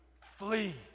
flee